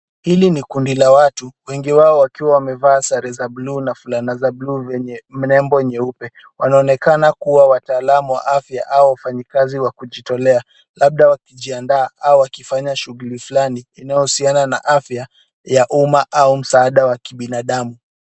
Hili ni kundi la watu wengi wao wakiwa wamevaa sare za buluu na fulana za buluu zenye nembo nyeupe. Wanaonekana kuwa wataalamu wa afya au wafanyikazi wa kujitolea labda wakijiandaa au wakifanya shughuli flani inayohusiana na afya ya uma au msaada wa kibinadamu.